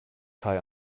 kai